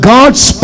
God's